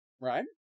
right